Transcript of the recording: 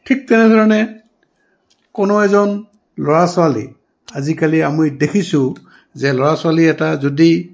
ঠিক তেনেধৰণে কোনো এজন ল'ৰা ছোৱালী আজিকালি আমি দেখিছোঁ যে ল'ৰা ছোৱালী এটা যদি